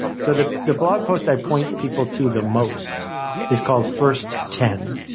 so the the blog post i point people to the most is called first, ten,